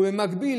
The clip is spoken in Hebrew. ובמקביל,